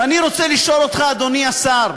ואני רוצה לשאול אותך, אדוני השר,